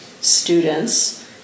students